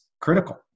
critical